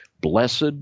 blessed